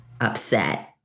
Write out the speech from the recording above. upset